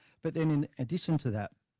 but then in addition to that,